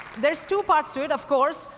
there's two parts to it, of course.